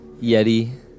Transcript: yeti